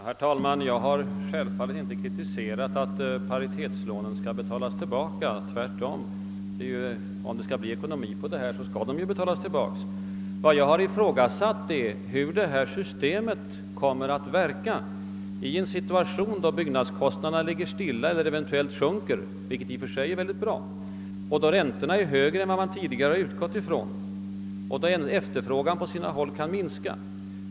Herr talman! Jag har självfallet inte kritiserat att paritetslånen skall betalas tillbaka. Tvärtom. Om det skall bli fråga om god ekonomi, måste de betalas tillbaka. Vad jag har ifrågasatt är hur systemet kommer att verka i en situation då byggnadskostnaderna ligger stilla eller eventuellt sjunker, vilket i och för sig är bra, och då räntorna är högre än vad man tidigare har utgått ifrån och efterfrågan på sina håll kan minska.